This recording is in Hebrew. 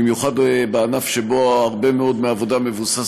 במיוחד בענף שבו הרבה מאוד מהעבודה מבוסס